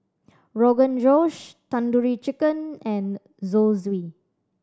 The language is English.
Rogan Josh Tandoori Chicken and Zosui